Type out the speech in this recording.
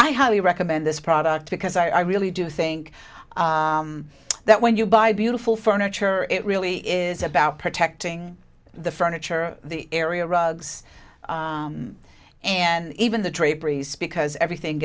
i highly recommend this product because i really do think that when you buy beautiful furniture it really is about protecting the furniture the area rugs and even the draperies because everything